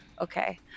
Okay